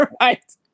right